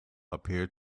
appeared